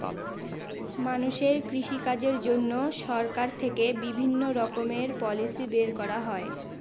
মানুষের কৃষিকাজের জন্য সরকার থেকে বিভিণ্ণ রকমের পলিসি বের করা হয়